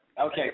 Okay